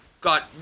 got